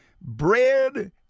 Bread